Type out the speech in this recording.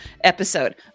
episode